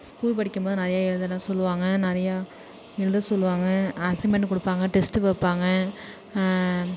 school படிக்கும்போது நிறையா எழுதலாம் சொல்லுவாங்க நிறையா எழுத சொல்லுவாங்க அசைமெண்ட் கொடுப்பாங்க டெஸ்ட்டு வைப்பாங்க